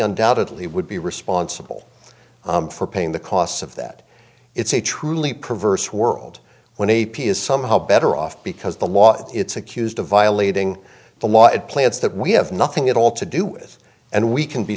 undoubtedly would be responsible for paying the costs of that it's a truly perverse world when a p is somehow better off because the law it's accused of violating the law and plants that we have nothing at all to do with and we can be